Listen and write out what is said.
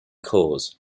cause